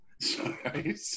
Sorry